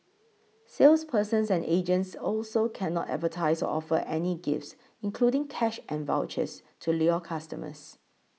salespersons and agents also cannot advertise or offer any gifts including cash and vouchers to lure customers